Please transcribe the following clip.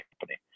company